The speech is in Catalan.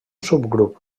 subgrup